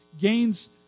gains